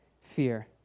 fear